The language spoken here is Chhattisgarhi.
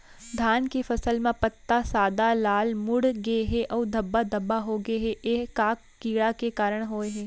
धान के फसल म पत्ता सादा, लाल, मुड़ गे हे अऊ धब्बा धब्बा होगे हे, ए का कीड़ा के कारण होय हे?